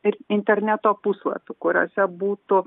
ir interneto puslapių kuriuose būtų